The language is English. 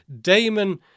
Damon